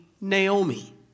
Naomi